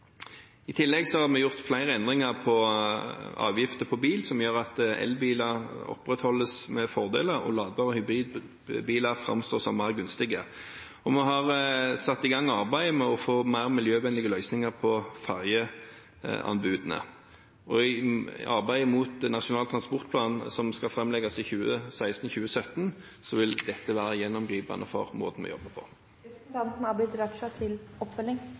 I tillegg har vi gjort flere endringer på avgifter på bil, som gjør at elbiler opprettholdes med fordeler og lade- og hybridbiler framstår som mer gunstige. Vi har satt i gang arbeid med å få mer miljøvennlige løsninger på ferjeanbudene. I arbeidet mot Nasjonal transportplan som skal framlegges i 2016–2017, vil dette være gjennomgripende for måten vi jobber på.